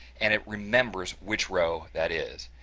and it remembers which row that is.